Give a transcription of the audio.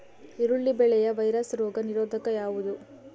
ಈರುಳ್ಳಿ ಬೆಳೆಯ ವೈರಸ್ ರೋಗ ನಿರೋಧಕ ಯಾವುದು?